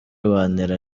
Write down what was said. bantera